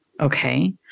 okay